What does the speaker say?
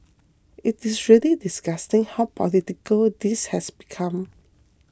it is really disgusting how political this has become